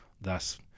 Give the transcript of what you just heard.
Thus